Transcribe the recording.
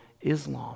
Islam